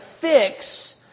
fix